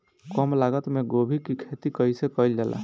कम लागत मे गोभी की खेती कइसे कइल जाला?